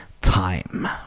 time